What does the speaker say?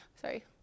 sorry